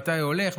מתי הולך,